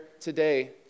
today